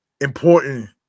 important